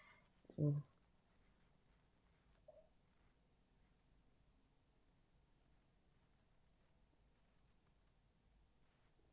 mm